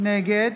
נגד